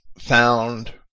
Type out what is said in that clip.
found